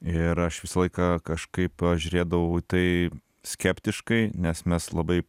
ir aš visą laiką kažkaip žiūrėdavau į tai skeptiškai nes mes labai